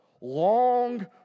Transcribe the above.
long